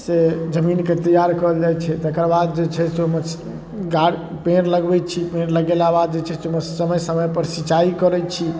से जमीनके तैआर करल जाइ छै तकर बाद जे छै से ओहिमे गाड़ि पेड़ लगबै छी पेड़ लगेलाके बाद जे छै से ओहिमे समय समयपर सिँचाइ करै छी